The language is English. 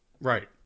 Right